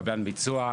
קבלן ביצוע,